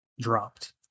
dropped